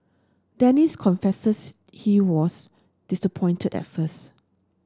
Dennis confesses he was disappointed at first